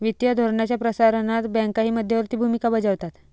वित्तीय धोरणाच्या प्रसारणात बँकाही मध्यवर्ती भूमिका बजावतात